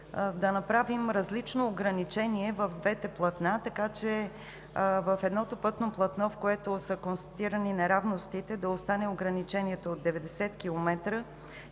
да направим различно ограничение в двете платна, така че в едното пътно платно, в което са констатирани неравностите, да остане ограничението от 90 км